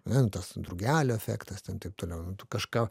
ne nu tas drugelio efektas ten taip toliau kažką